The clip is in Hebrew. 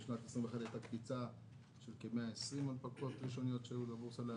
בשנת 2021 הייתה קפיצה של כ-120 הנפקות ראשוניות שהיו לבורסה לציבור.